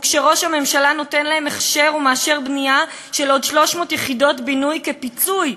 וכשראש הממשלה נותן להם הכשר ומאשר בנייה של עוד 300 יחידות בינוי כפיצוי